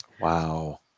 Wow